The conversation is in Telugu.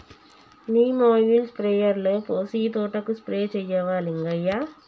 నీమ్ ఆయిల్ స్ప్రేయర్లో పోసి తోటకు స్ప్రే చేయవా లింగయ్య